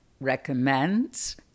Recommends